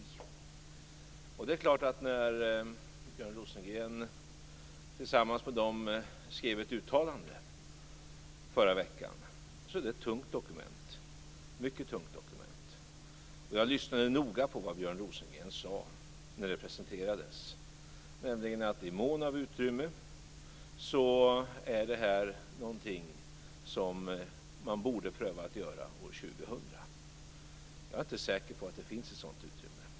Det är klart att när Björn Rosengren tillsammans med dem skrev ett uttalande förra veckan så är det ett mycket tungt dokument, och jag lyssnade noga på vad Björn Rosengren sade när det presenterades, nämligen att i mån av utrymme så är det här något som man borde pröva att göra år 2000. Jag är inte säker på att det finns ett sådant utrymme.